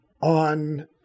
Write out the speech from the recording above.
on